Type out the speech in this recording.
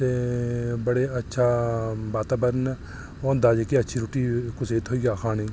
ते बड़ा अच्छा वातावरण ऐ होंदा जेह्के कुसै गी अच्छी रुट्टी थ्होई जा